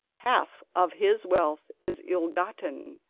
half of his wealth is ill-gotten,